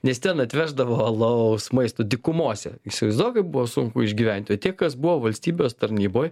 nes ten atvešdavo alaus maisto dykumose įsivaizduok kaip buvo sunku išgyventi o tie kas buvo valstybės tarnyboj